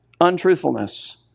untruthfulness